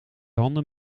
handen